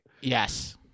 Yes